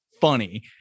funny